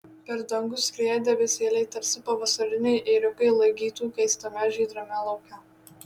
per dangų skrieja debesėliai tarsi pavasariniai ėriukai laigytų keistame žydrame lauke